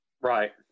right